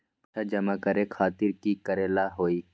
पैसा जमा करे खातीर की करेला होई?